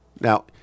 Now